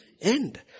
End